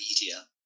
media